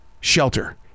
shelter